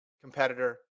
competitor